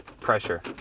pressure